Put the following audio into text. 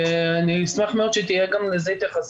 אשמח מאוד שתהיה גם לזה התייחסות.